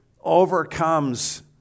overcomes